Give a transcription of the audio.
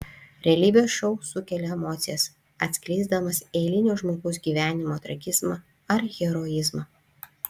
realybės šou sukelia emocijas atskleisdamas eilinio žmogaus gyvenimo tragizmą ar heroizmą